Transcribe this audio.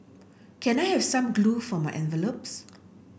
can I have some glue for my envelopes